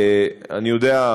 אני יודע,